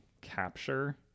capture